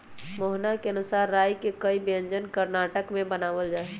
मोहना के अनुसार राई के कई व्यंजन कर्नाटक में बनावल जाहई